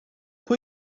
pwy